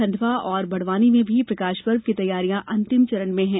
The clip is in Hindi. खण्डवा और बड़वानी में भी प्रकाशपर्व की तैयारियां अंतिम चरण में हैं